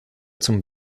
zum